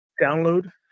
download